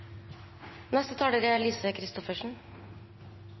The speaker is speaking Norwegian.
Neste taler er